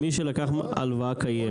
מי שלקח הלוואה קיימת.